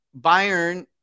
Bayern